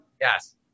Yes